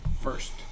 first